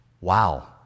Wow